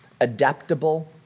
Adaptable